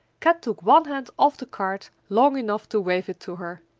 kat took one hand off the cart long enough to wave it to her.